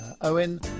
Owen